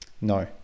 No